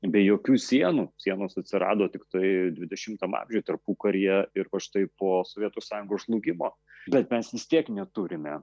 be jokių sienų sienos atsirado tiktai dvidešimtam amžiuje tarpukaryje ir štai po sovietų sąjungos žlugimo bet mes vis tiek neturime